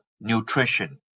nutrition